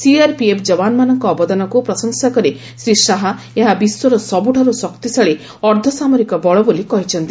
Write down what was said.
CRPF ଯବାନମାନଙ୍କ ଅବଦାନକୁ ପ୍ରଶଂସା କରି ଶ୍ରୀ ଶାହା ଏହା ବିଶ୍ୱର ସବ୍ରଠାର୍ଚ ଶକ୍ତିଶାଳୀ ଅର୍ଦ୍ଧସାମରିକ ବଳ ବୋଲି କହିଛନ୍ତି